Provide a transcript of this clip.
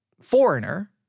foreigner